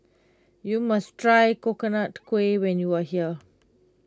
you must try Coconut Kuih when you are here